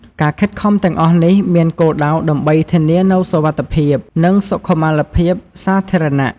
ការខិតខំទាំងអស់នេះមានគោលដៅដើម្បីធានានូវសុវត្ថិភាពនិងសុខុមាលភាព សាធារណៈ។